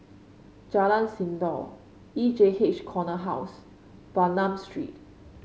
Jalan Sindor E J H Corner House Bernam Street